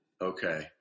okay